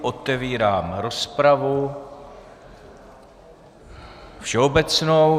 Otevírám rozpravu všeobecnou.